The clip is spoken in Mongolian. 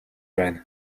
байна